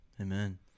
Amen